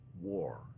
war